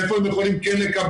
איפה הם יכולים כן לקבל,